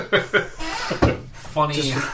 Funny